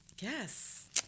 Yes